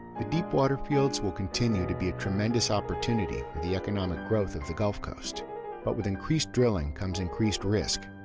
the deepwater fields will continue to be a tremendous opportunity for the economic growth for the gulf coast but with increased drilling comes increased risk,